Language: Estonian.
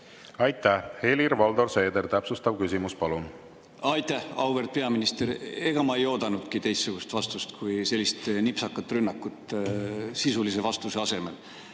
Aitäh! Helir-Valdor Seeder, täpsustav küsimus, palun! Aitäh! Auväärt peaminister! Ega ma ei oodanudki teistsugust vastust kui sellist nipsakat rünnakut sisulise vastuse asemel.